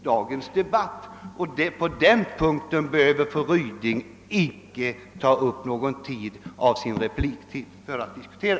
Den saken behöver fru Ryding alltså inte använda något av sin repliktid till att diskutera.